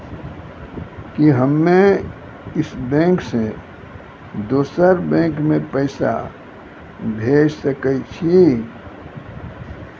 कि हम्मे इस बैंक सें दोसर बैंक मे पैसा भेज सकै छी?